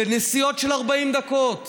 ונסיעות של 40 דקות.